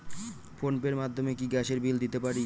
Phone pay র মাধ্যমে কি গ্যাসের বিল দিতে পারি?